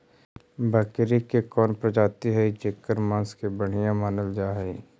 बकरी के कौन प्रजाति हई जेकर मांस के बढ़िया मानल जा हई?